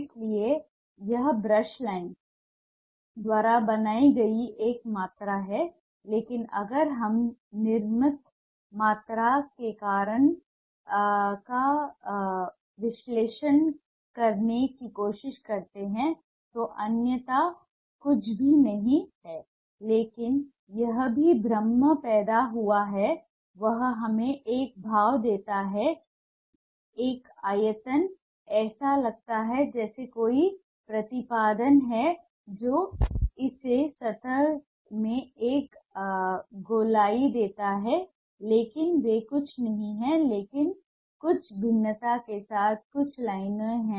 इसलिए यह ब्रश लाइनों द्वारा बनाई गई एक मात्रा है लेकिन अगर हम निर्मित मात्रा के कारण का विश्लेषण करने की कोशिश करते हैं जो अन्यथा कुछ भी नहीं है लेकिन यहां जो भ्रम पैदा हुआ है वह हमें एक भाव देता है एक आयतन ऐसा लगता है जैसे कोई प्रतिपादन है जो इसे सतह में एक गोलाई देता है लेकिन वे कुछ नहीं हैं लेकिन कुछ भिन्नता के साथ कुछ लाइनें हैं